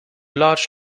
large